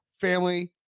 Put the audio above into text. family